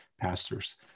pastors